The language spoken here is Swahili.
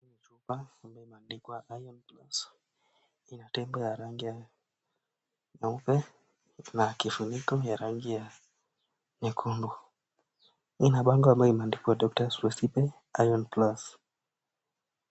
Hapa imeandikwa IRON PLUS , ina tembe ya rangi ya nyeupe na kifuniko ya rangi ya nyekundu. Ina bango ambayo imeandikwa Doctor's Recipes IRON PLUS .